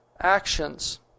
actions